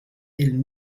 del